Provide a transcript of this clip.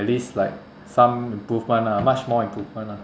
at least like some improvement ah much more improvement ah